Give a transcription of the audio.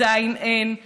עדיין אין,